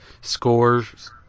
scores